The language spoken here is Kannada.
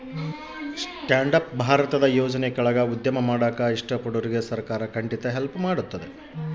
ಸ್ಟ್ಯಾಂಡ್ ಅಪ್ ಭಾರತದ ಯೋಜನೆ ಕೆಳಾಗ ಉದ್ಯಮ ಮಾಡಾಕ ಇಷ್ಟ ಪಡೋರ್ಗೆ ಸರ್ಕಾರ ಹೆಲ್ಪ್ ಮಾಡ್ತತೆ